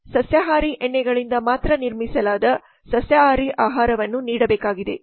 Donald ಸಸ್ಯಾಹಾರಿ ಎಣ್ಣೆಗಳಿಂದ ಮಾತ್ರ ನಿರ್ಮಿಸಲಾದ ಸಸ್ಯಾಹಾರಿ ಆಹಾರವನ್ನು ನೀಡಬೇಕಾಗಿದೆ